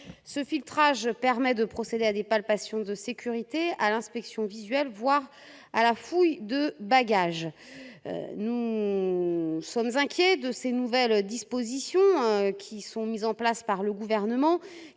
ce filtrage permet de procéder à des palpations de sécurité à l'inspection visuelle, voire à la fouille de bagages, nous sommes inquiets de ces nouvelles dispositions qui sont mises en place par le gouvernement